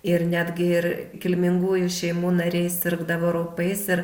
ir netgi ir kilmingųjų šeimų nariai sirgdavo raupais ir